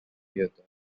theatre